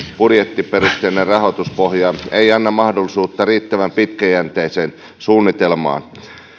budjettiperusteinen rahoituspohja ei anna mahdollisuutta riittävän pitkäjänteiseen suunnitelmaan